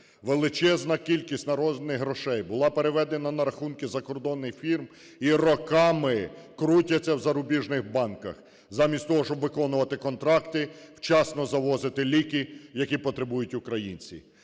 Величезна кількість народних грошей була переведена на рахунки закордонних фірм і роками крутяться в зарубіжних банках замість того, щоб виконувати контракти, вчасно завозити ліки, які потребують українці.